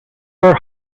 are